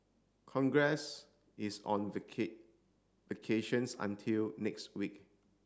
congress is on vacations until next week